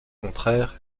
contraire